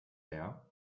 her